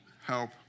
help